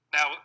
Now